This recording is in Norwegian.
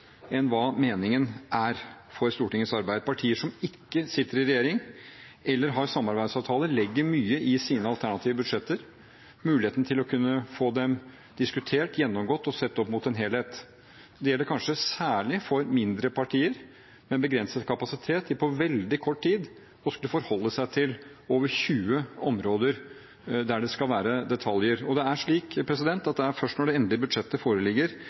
enn hva meningen er for Stortingets arbeid. Partier som ikke sitter i regjering eller har samarbeidsavtaler, legger mye i sine alternative budsjetter – muligheten til å kunne få dem diskutert, gjennomgått og sett opp mot en helhet. Det gjelder kanskje særlig for mindre partier, med en begrenset kapasitet til på veldig kort tid å skulle forholde seg til over 20 områder der det skal være detaljer. Og det er slik at det er først når det endelige budsjettet foreligger